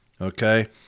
Okay